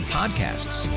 podcasts